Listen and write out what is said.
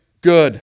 good